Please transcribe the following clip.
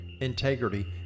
integrity